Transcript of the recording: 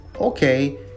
okay